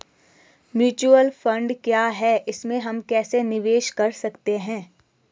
Mutual fund क्या है इसमें हम कैसे निवेश कर सकते हैं?